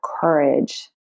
courage